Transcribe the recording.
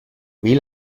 wie